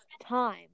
time